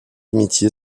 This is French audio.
amitié